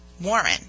Warren